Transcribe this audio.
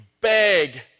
beg